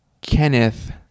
Kenneth